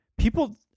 People